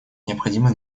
необходимо